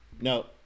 No